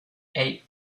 hey